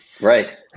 Right